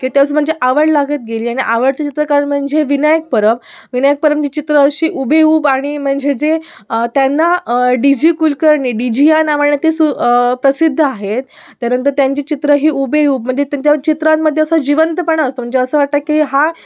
की तेच म्हणजे आवड लागत गेली आणि आवडतं चित्र कारण म्हणजे विनायक परब विनायक परबची चित्र अशी हुबेहूब आणि म्हणजे जे त्यांना D G Kulkarni D G ह्या नावाने ते सु प्रसिद्ध आहेत त्यानंतर त्यांची चित्रे ही हुबेहूब म्हणजे त्यांच्या चित्रांमध्ये असं जिवंतपणा असतो म्हणजे असं वाटत की हा